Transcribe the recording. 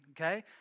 okay